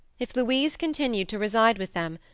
if louise continued to reside with them,